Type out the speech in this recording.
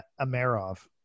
Amerov